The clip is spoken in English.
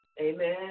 Amen